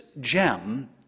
gem